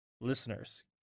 listeners